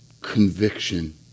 conviction